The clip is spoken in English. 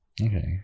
okay